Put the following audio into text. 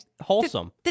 wholesome